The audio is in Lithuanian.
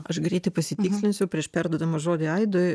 aš greitai pasitikslinsiu prieš perduodama žodį aidui